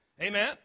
Amen